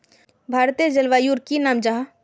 भारतेर जलवायुर की नाम जाहा?